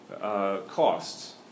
costs